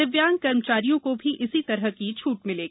दिव्यांग कर्मचारियों को भी इसी तरह की छूट मिलेगी